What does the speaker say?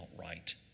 right